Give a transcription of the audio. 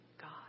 God